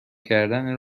کردن